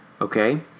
okay